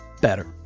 better